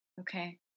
Okay